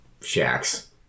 shacks